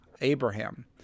Abraham